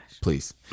please